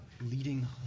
leading